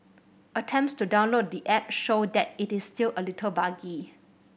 attempts to download the app show that it is still a little buggy